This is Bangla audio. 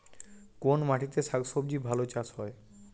কোন মাটিতে শাকসবজী ভালো চাষ হয়?